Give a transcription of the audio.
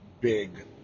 big